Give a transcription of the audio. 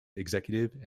executive